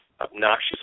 obnoxious